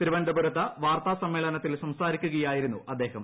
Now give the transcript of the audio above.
തിരുവനന്തപുരത്ത് വാർത്താ സമ്മേളനത്തിൽ സംസാരിക്കുകയായിരുന്നു അദ്ദേഹം